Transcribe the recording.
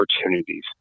opportunities